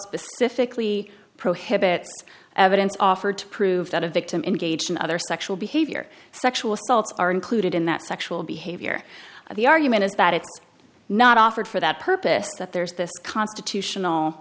specifically prohibits evidence offered to prove that a victim in gauging other sexual behavior sexual assaults are included in that sexual behavior the argument is that it's not offered for that purpose that there's this constitutional